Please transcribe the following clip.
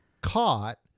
caught